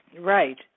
right